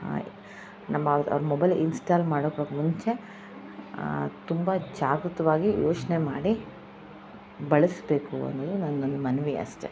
ನಮ್ಮ mobile install ಮಾಡೋಕ್ಕೂ ಮುಂಚೆ ತುಂಬ ಜಾಗೃತವಾಗಿ ಯೋಚನೆ ಮಾಡಿ ಬಳಸಬೇಕು ಅನ್ನೋದು ನನ್ನ ಒಂದು ಮನವಿ ಅಷ್ಟೆ